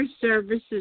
services